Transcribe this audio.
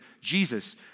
Jesus